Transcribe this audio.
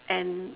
and